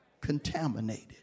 Contaminated